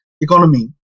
economy